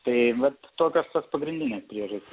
tai vat tokios tos pagrindinės priežasty